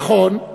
נכון,